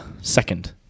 second